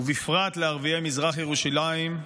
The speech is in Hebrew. ובפרט לערביי מזרח ירושלים,